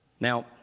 Now